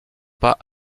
pas